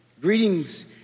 Greetings